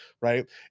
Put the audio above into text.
Right